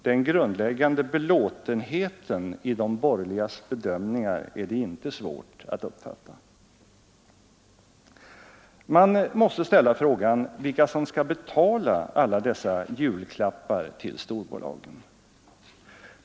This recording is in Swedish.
Den grundläggande belåtenheten i de borgerligas bedömningar är det inte svårt att uppfatta. Man måste ställa frågan vilka som skall betala alla dessa julklappar till storbolagen.